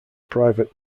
private